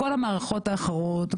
בכל המערכות האחרות,